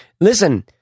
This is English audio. Listen